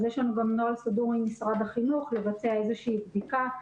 יש לנו גם נוהל סדור עם משרד החינוך לבצע איזושהי בדיקה,